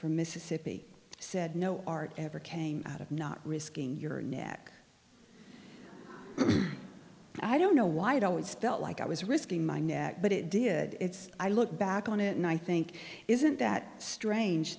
from mississippi said no art ever came out of not risking your neck i don't know why it always felt like i was risking my neck but it did it's i look back on it and i think isn't that strange